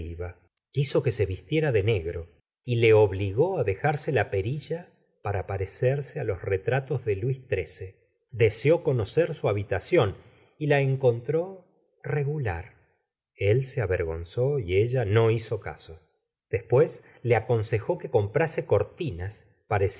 quiso que se vistiera de negro y le obligó á dejarse la perilla para parecerse á los retratos de luis xiii deseó conocer su habitación y la encontró regular él se avergonzó y ella no hizo caso despues le aconsejó que comprase cortinas